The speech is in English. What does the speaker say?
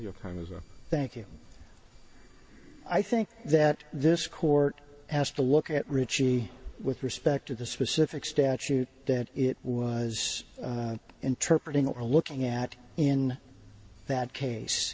your kind as a thank you i think that this court has to look at ritchie with respect to the specific statute that it was interpreted or looking at in that case